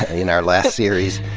in our last series,